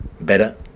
better